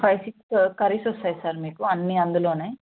five six curries వస్తాయి sir మీకు అన్ని అందులోనే